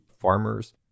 farmers